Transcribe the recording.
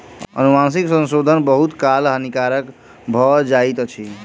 अनुवांशिक संशोधन बहुत काल हानिकारक भ जाइत अछि